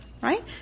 right